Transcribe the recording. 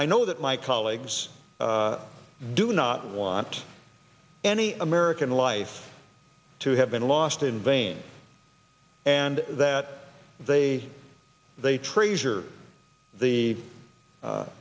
i know that my colleagues do not want any american life to have been lost in vain and that they they trays are the